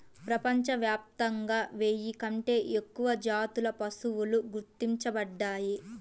ప్రపంచవ్యాప్తంగా వెయ్యి కంటే ఎక్కువ జాతుల పశువులు గుర్తించబడ్డాయి